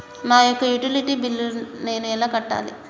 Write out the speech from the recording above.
నా యొక్క utility bill నేను ఎలా కట్టాలి?